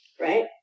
Right